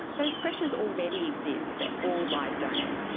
those pressures already exist for all live donors.